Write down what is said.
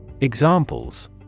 Examples